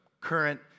current